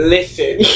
Listen